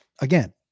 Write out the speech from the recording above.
again